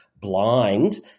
blind